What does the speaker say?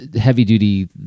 heavy-duty